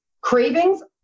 cravings